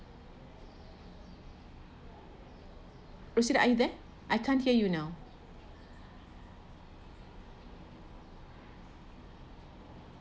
rosita are you there I can't hear you now